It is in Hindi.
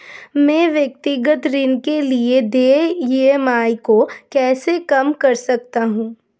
मैं व्यक्तिगत ऋण के लिए देय ई.एम.आई को कैसे कम कर सकता हूँ?